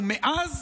ומאז